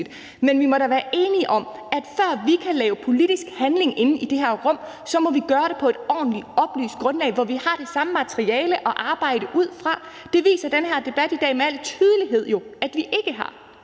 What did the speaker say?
Men vi må da være enige om, at før vi kan lave politisk handling inde i det her rum, må vi gøre det på et ordentligt oplyst grundlag, hvor vi har det samme materiale at arbejde ud fra. Det viser den her debat i dag med al tydelighed jo at vi ikke har.